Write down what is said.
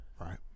Right